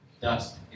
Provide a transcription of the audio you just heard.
dust